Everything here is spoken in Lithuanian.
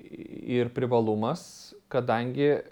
ir privalumas kadangi